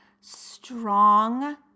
strong